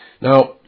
Now